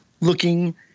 looking